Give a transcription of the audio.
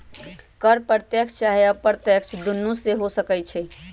कर प्रत्यक्ष चाहे अप्रत्यक्ष दुन्नो हो सकइ छइ